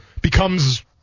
becomes